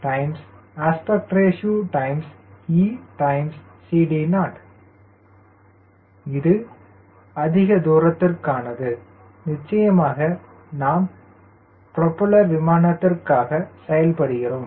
WSqπAReCD0 இது அதிக தூரத்திற்கானது நிச்சயமாக நாம் புரோப்பல்லர் விமானத்திற்காக செயல்படுகிறோம்